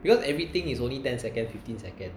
because everything is only ten second fifteen second